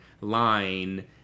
line